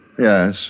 Yes